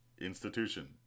Institution